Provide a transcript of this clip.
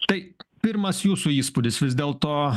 tai pirmas jūsų įspūdis vis dėlto